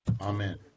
Amen